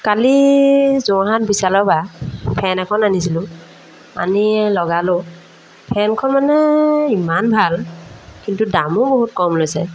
কালি যোৰহাট বিচালৰপৰা বা ফেন এখন আনিছিলোঁ আনি এই লগালোঁ ফেনখন মানে ইমান ভাল কিন্তু দামো বহুত কম লৈছে